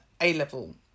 A-level